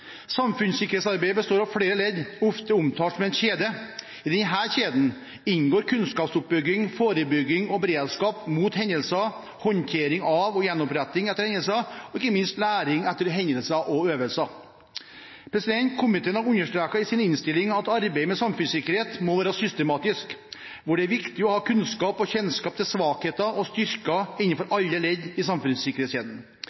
Samfunnssikkerhetsarbeidet består av flere ledd, ofte omtalt som en kjede. I denne kjeden inngår kunnskapsoppbygging, forebygging av og beredskap ved hendelser, håndtering av og gjenoppretting etter hendelser og ikke minst læring etter hendelser og øvelser. Komiteen har understreket i sin innstilling at arbeidet med samfunnssikkerhet må være systematisk, hvor det er viktig å ha kunnskap og kjennskap til svakheter og styrker innenfor